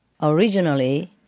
Originally